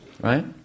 Right